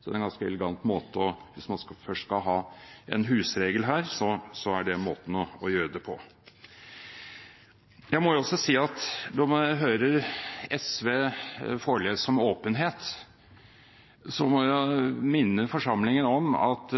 Så det er en ganske elegant måte. Hvis man først skal ha en husregel her, er det måten å gjøre det på. Jeg må også si at når man hører SV forelese om åpenhet, må jeg minne forsamlingen om at